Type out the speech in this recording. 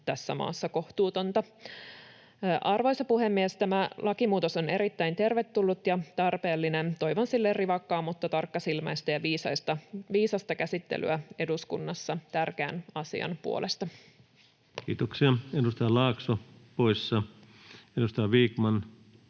tässä maassa kohtuutonta. Arvoisa puhemies! Tämä lakimuutos on erittäin tervetullut ja tarpeellinen. Toivon sille rivakkaa mutta tarkkasilmäistä ja viisasta käsittelyä eduskunnassa — tärkeän asian puolesta. [Speech 206] Speaker: Ensimmäinen